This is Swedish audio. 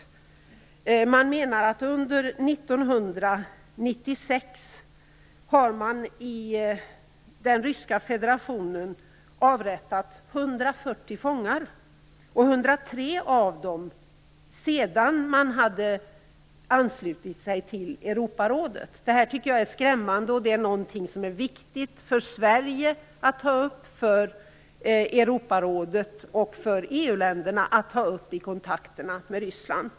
Amnesty menar att man i den ryska federationen under 1996 har avrättat 140 fångar - 103 av dem sedan man anslöt sig till Europarådet. Det här tycker jag är skrämmande. Det är någonting som är viktigt för Sverige, för Europarådet och för EU-länderna att ta upp i kontakterna med Ryssland.